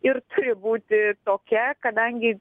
ir turi būti tokia kadangi